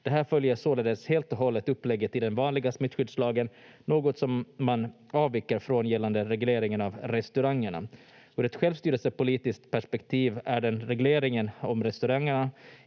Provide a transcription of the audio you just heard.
följer således helt och hållet upplägget i den vanliga smittskyddslagen, något som man avviker från gällande regleringen av restaurangerna. Ur ett självstyrelsepolitiskt perspektiv är regleringen om restaurangerna